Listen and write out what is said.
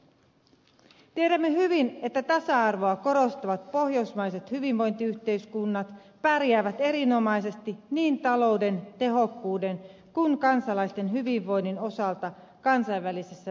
tiedämme hyvin että tasa arvoa korostavat pohjoismaiset hyvinvointiyhteiskunnat pärjäävät erinomaisesti niin talouden tehokkuuden kuin kansalaisten hyvinvoinnin osalta kansainvälisessä vertailussa